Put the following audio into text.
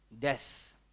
death